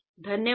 धन्यवाद